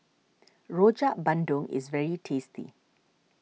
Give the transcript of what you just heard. Rojak Bandung is very tasty